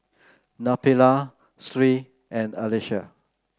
Nabila Sri and Alyssa